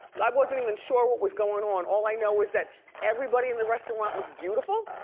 like wasn't even sure what was going on. all i know is that everybody in the restaurant looked beautiful.